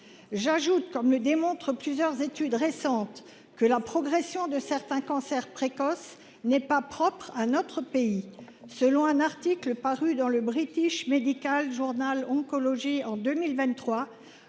J’ajoute, comme le démontrent plusieurs études récentes, que la progression de certains cancers précoces n’est pas propre à notre pays. Selon un article paru dans le en 2023,